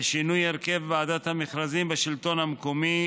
לשינוי הרכב ועדת המכרזים בשלטון המקומי,